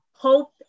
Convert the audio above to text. hope